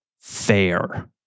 fair